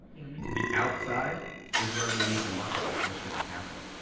yeah me too. the outside is where we meet the market, that's where shit is happening.